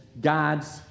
God's